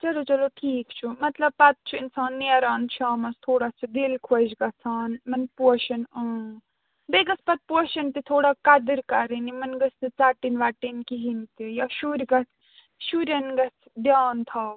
چلو چلو ٹھیٖک چھُ مطلب پَتہٕ چھُ اِنسان نیران شامَس تھوڑا چھُ دِل خۄش گَژھان یِمَن پوشَن بیٚیہِ گٔژھ پَتہٕ پوشَن تہِ تھوڑا قدٕر کَرٕنۍ یِمَن گٔژھ نہٕ ژَٹٕنۍ وَٹِنۍ کِہیٖنۍ تہِ یا شُرۍ گَژھ شُریٚن گَژھہِ دھیٛان تھاوُن